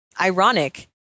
ironic